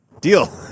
deal